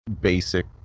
basic